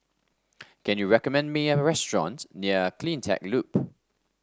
can you recommend me a restaurant near CleanTech Loop